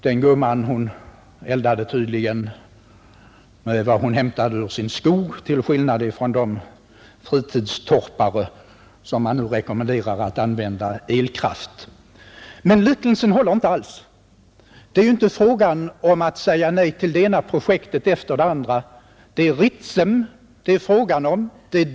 — Den gumman eldade tydligen med vad hon hämtade ur sin skog till skillnad från de fritidstorpare som man nu rekommenderar att använda elkraft. Liknelsen håller inte alls. Det är ju inte fråga om att säga nej till det ena projektet efter det andra. Det är Ritsem det är fråga om.